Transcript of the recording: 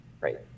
Right